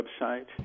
website